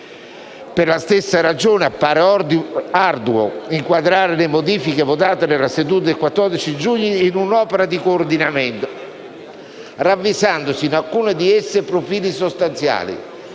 Per le stesse ragioni, appare arduo inquadrare le modifiche votate nella seduta del 14 giugno in un'opera di coordinamento, ravvisandosi in alcune di esse profili sostanziali,